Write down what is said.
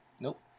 nope